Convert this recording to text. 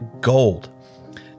gold